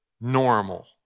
normal